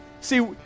See